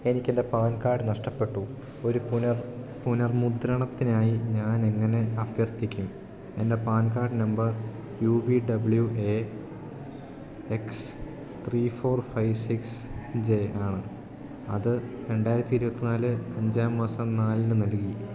എനിക്കെൻ്റെ PAN card നഷ്ടപ്പെട്ടു ഒരു പുനർ പുനർമുദ്രണത്തിനായി ഞാനെങ്ങനെ അഭ്യർത്ഥിക്കും എൻ്റെ PAN card number U V W A X three four five six J ആണ് അത് രണ്ടായിരത്തി ഇരുപത്തിനാല് അഞ്ചാം മാസം നാലിനു നൽകി